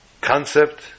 concept